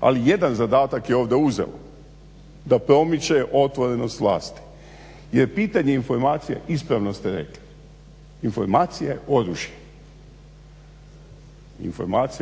Ali jedan zadatak je ovdje uzalud da promiče otvorenost vlasti, jer pitanje informacija ispravno ste rekli. Informacija je